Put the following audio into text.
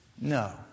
No